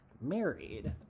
married